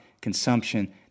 consumption